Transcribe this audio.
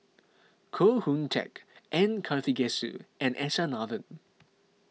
Koh Hoon Teck M Karthigesu and S R Nathan